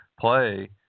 play